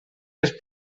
dels